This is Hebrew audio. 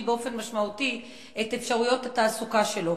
באופן משמעותי את אפשרויות התעסוקה שלו.